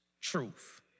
truth